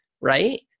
right